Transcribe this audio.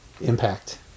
impact